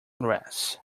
grass